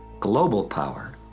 global power.